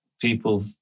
people